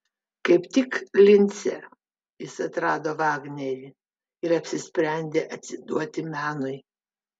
kaip tik lince jis atrado vagnerį ir apsisprendė atsiduoti menui